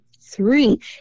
three